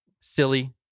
silly